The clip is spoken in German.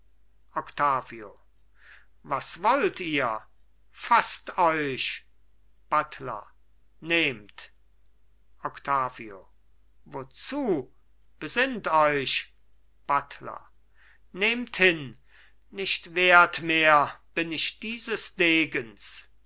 was wollt ihr faßt euch buttler nehmt octavio wozu besinnt euch buttler nehmt hin nicht wert mehr bin ich dieses degens